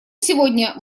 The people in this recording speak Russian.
сегодня